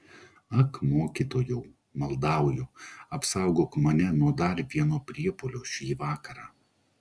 ak mokytojau maldauju apsaugok mane nuo dar vieno priepuolio šį vakarą